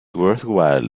worthwhile